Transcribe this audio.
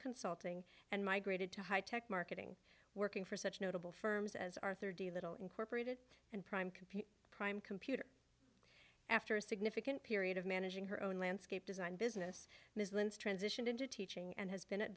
consulting and migrated to high tech marketing working for such notable firms as arthur d little incorporated and prime computer prime computer after a significant period of managing her own landscape design business muslims transitioned into teaching and has been at